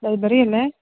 library അല്ലേ